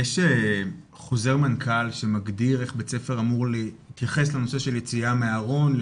יש חוזר מנכ"ל שמגדיר איך בית ספר אמור להתייחס לנושא של יציאה מהארון,